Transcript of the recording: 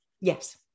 Yes